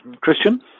Christian